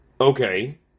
Okay